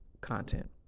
content